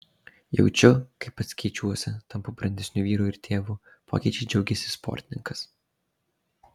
jaučiu kaip pats keičiuosi tampu brandesniu vyru ir tėvu pokyčiais džiaugėsi sportininkas